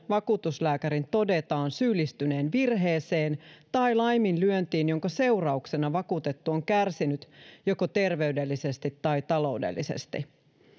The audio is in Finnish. vakuutuslääkärin todetaan syyllistyneen virheeseen tai laiminlyöntiin jonka seurauksena vakuutettu on kärsinyt joko terveydellisesti tai taloudellisesti